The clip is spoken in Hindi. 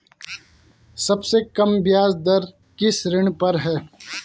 सबसे कम ब्याज दर किस ऋण पर है?